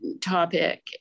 topic